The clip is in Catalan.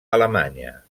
alemanya